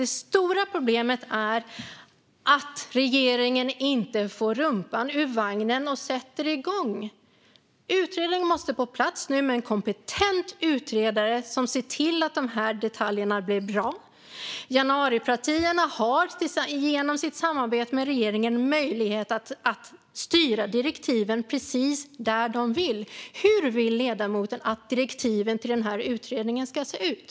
Det stora problemet är att regeringen inte får rumpan ur vagnen och sätter igång. Utredningen måste komma på plats nu med en kompetent utredare som ser till att de här detaljerna blir bra. Januaripartierna har genom sitt samarbete med regeringen möjlighet att styra direktiven precis dit de vill. Hur vill ledamoten att direktiven till den här utredningen ska se ut?